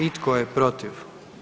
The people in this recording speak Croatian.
I tko je protiv?